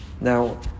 Now